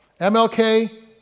MLK